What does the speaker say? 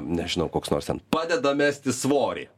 nežinau koks nors ten padeda mesti svorį